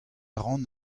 ran